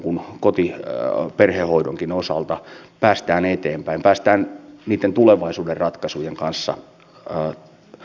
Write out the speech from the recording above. näin ollen voitaisiin arvioida että suomen lagunaan sijoittamat eurot maksaisivat itsensä moninkertaisesti takaisin